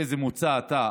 מאיזה מוצא אתה?